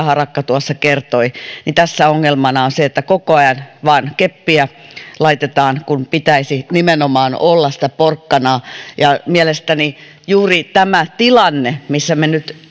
harakka tuossa kertoi tässä ongelmana on se että koko ajan vain keppiä laitetaan kun pitäisi nimenomaan olla porkkanaa ja mielestäni juuri tämä tilanne missä me nyt